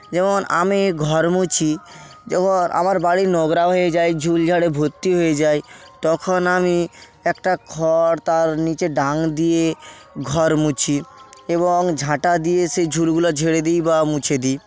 যেমন আমি ঘর মুছি যেমন আমার বাড়ি নোংরা হয়ে যায় ঝুলঝাড়ে ভর্তি হয়ে যায় তখন আমি একটা খড় তার নিচে ডাং দিয়ে ঘর মুছি এবং ঝাঁটা দিয়ে সেই ঝুলগুলো ঝেড়ে দিই বা মুছে দিই